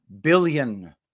billion